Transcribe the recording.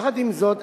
יחד עם זאת,